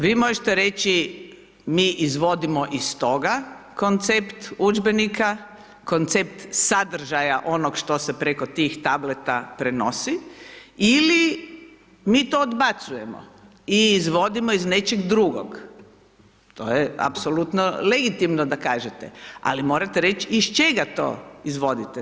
Vi možete reći mi izvodimo iz toga koncept udžbenika, koncept sadržaja onog što se preko tih tableta prenosi ili mi to odbacujemo i izvodimo iz nečeg drugog, to je apsolutno legitimno da kažete, ali morate reći iz čega to izvodite.